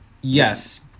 Yes